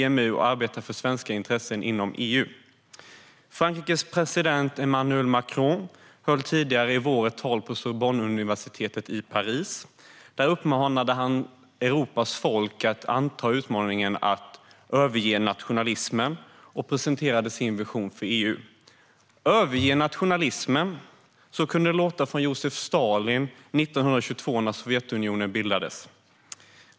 Vi kommer också att arbeta för svenska intressen i EU. Frankrikes president Emmanuel Macron höll tidigare i vår ett tal på Sorbonne, universitetet i Paris. Han uppmanade Europas folk att anta utmaningen att överge nationalismen, och han presenterade sin vision för EU. Överge nationalismen! På det sättet kunde det låta från Josef Stalin 1922 när Sovjetunionen bildades.